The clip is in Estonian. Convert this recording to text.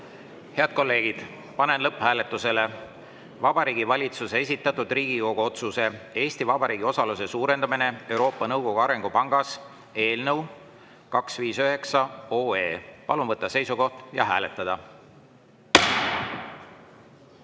Head kolleegid, panen lõpphääletusele Vabariigi Valitsuse esitatud Riigikogu otsuse "Eesti Vabariigi osaluse suurendamine Euroopa Nõukogu Arengupangas" eelnõu 259. Palun võtta seisukoht ja hääletada!